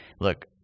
look